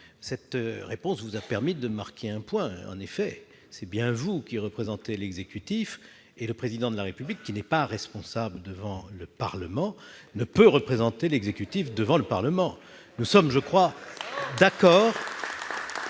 le dire, vous a permis de marquer un point : effectivement, c'est bien vous qui représentez l'exécutif et le Président de la République, qui n'est pas responsable devant le Parlement, ne peut représenter l'exécutif devant lui. Nous sommes d'accord